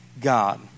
God